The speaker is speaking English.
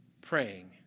praying